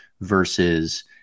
versus